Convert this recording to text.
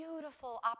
beautiful